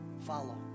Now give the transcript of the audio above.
follow